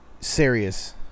serious